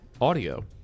audio